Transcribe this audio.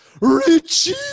Richie